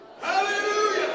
Hallelujah